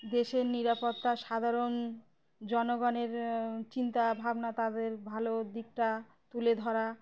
দেশের নিরাপত্তা সাধারণ জনগণের চিন্তা ভাবনা তাদের ভালো দিকটা তুলে ধরা